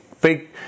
big